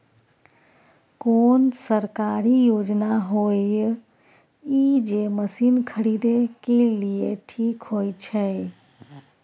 कोन सरकारी योजना होय इ जे मसीन खरीदे के लिए ठीक होय छै?